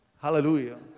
Hallelujah